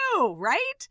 Right